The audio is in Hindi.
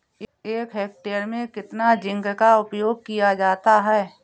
एक हेक्टेयर में कितना जिंक का उपयोग किया जाता है?